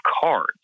Cards